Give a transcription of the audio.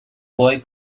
boy